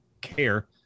care